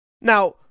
Now